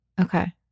okay